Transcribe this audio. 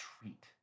treat